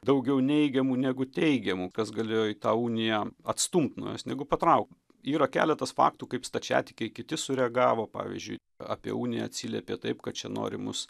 daugiau neigiamų negu teigiamų kas galėjo į tą uniją atstumt nuo jos negu patraukt yra keletas faktų kaip stačiatikiai kiti sureagavo pavyzdžiui apie uniją atsiliepė taip kad čia nori mus